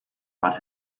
but